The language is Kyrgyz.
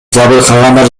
жабыркагандар